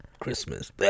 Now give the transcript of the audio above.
Christmas